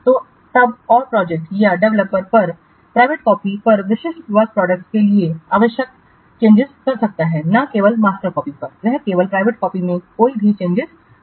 और तब और प्रोजेक्ट या डेवलपर वह निजी कॉपी पर विशिष्ट वर्क प्रोडक्टस के लिए आवश्यक चेंजिंस कर सकता है न केवल मास्टर कॉपी वह केवल प्राइवेट कॉपी में कोई भी चेंजिंस कर सकता है